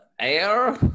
air